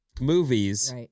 movies